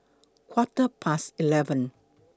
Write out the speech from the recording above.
Quarter Past eleven